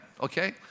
Okay